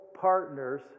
partners